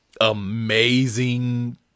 amazing